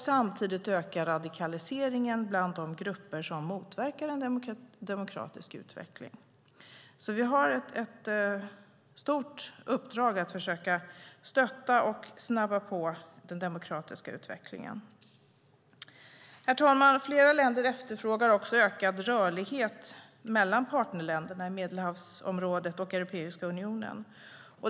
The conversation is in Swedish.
Samtidigt ökar radikaliseringen bland de grupper som motverkar en demokratisk utveckling. Vi har ett stort uppdrag att försöka stötta och snabba på den demokratiska utvecklingen. Herr talman! Flera länder efterfrågar ökad rörlighet mellan partnerländerna i Medelhavsområdet och Europeiska unionen.